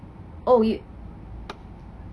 oh you